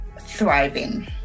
thriving